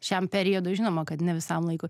šiam periodui žinoma kad ne visam laikui